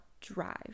drive